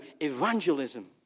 evangelism